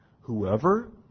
Whoever